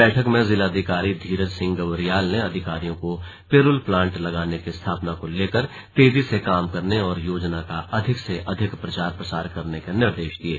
बैठक में जिलाधिकारी धीरज सिंह गर्ब्याल ने अधिकारियों को पिरूल पावर प्लांट की स्थापना को लेकर तेजी से काम करने और योजना का अधिक से अधिक प्रचार प्रसार करने के निर्देश दिये